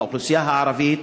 האוכלוסייה הערבית,